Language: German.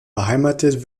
beheimatet